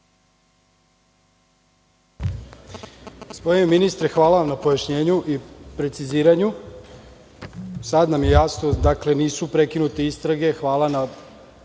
Hvala.